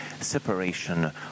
separation